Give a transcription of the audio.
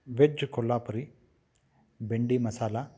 veg Kolhapuri bhindi masala